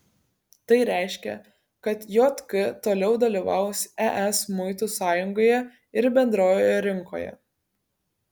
tai reiškia kad jk toliau dalyvaus es muitų sąjungoje ir bendrojoje rinkoje